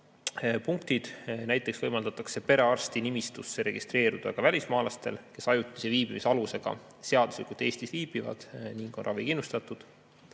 punktid. Näiteks võimaldatakse perearstinimistusse registreeruda ka välismaalastel, kes ajutise viibimisalusega seaduslikult Eestis viibivad ning on ravikindlustatud.